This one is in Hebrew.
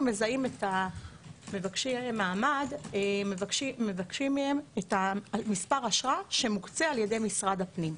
אנו מבקשים מהם את מספר האשרה שמוקצה על ידי משרד הפנים.